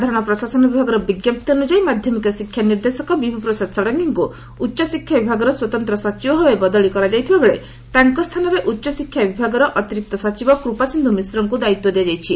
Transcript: ସାଧାରଣ ପ୍ରଶାସନ ବିଭାଗର ବି ଶିକ୍ଷା ନିର୍ଦ୍ଦେଶକ ବିଭୁପ୍ରସାଦ ଷଡ଼ଙଙୀଙ୍କୁ ଉଚ୍ଚଶିକ୍ଷା ବିଭାଗର ସ୍ୱତନ୍ତ୍ ସଚିବ ଭାବେ ବଦଳି କରାଯାଇଥିବା ବେଳେ ତାଙ୍କ ସ୍ଥାନରେ ଉଚ୍ଚଶିକ୍ଷା ବିଭାଗର ଅତିରିକ୍ତ ସଚିବ କୃପାସିକ୍ଷୁ ମିଶ୍ରଙ୍କୁ ଦାୟିତ୍ୱ ଦିଆଯାଇଛି